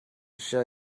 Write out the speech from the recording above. show